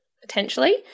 potentially